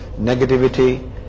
negativity